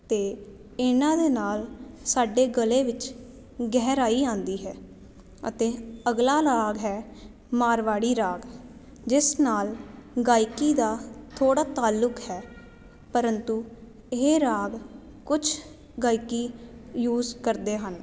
ਅਤੇ ਇਹਨਾਂ ਦੇ ਨਾਲ ਸਾਡੇ ਗਲੇ ਵਿੱਚ ਗਹਿਰਾਈ ਆਉਂਦੀ ਹੈ ਅਤੇ ਅਗਲਾ ਰਾਗ ਹੈ ਮਾਰਵਾੜੀ ਰਾਗ ਜਿਸ ਨਾਲ ਗਾਇਕੀ ਦਾ ਥੋੜ੍ਹਾ ਤਾਲੁਕ ਹੈ ਪਰੰਤੂ ਇਹ ਰਾਗ ਕੁਛ ਗਾਇਕੀ ਯੂਜ ਕਰਦੇ ਹਨ